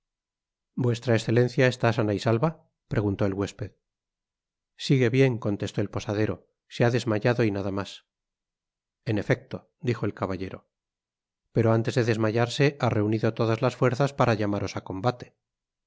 t vuestra excelencia está sana y salva preguntó el huésped sigue bien contestó el posadero se ha desmayado y nada mas en efecto dijo el caballero pero antes de desmayarse ha reunido todas las fuerzas para llamaros á combate